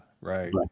right